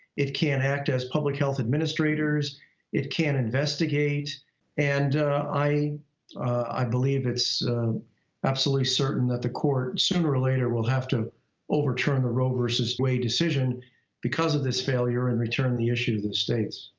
it can't act as public health administrators it can't investigate and i i believe it's absolutely certain that the court, sooner or later, will have to overturn the roe versus wade decision because of this failure and return the issue to the the states.